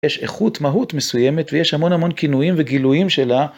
יש איכות מהות מסוימת ויש המון המון כינויים וגילויים שלה.